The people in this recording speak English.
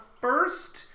first